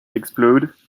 explode